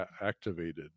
activated